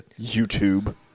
YouTube